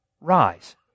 rise